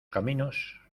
caminos